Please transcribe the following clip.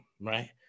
right